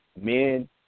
men